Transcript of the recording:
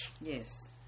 Yes